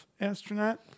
astronaut